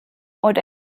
und